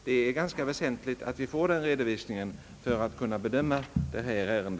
Det är väsentligt att vi får en sådan redovisning för att kunna bedöma detta ärende.